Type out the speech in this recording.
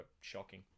shocking